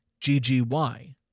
GGY